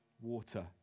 water